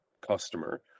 customer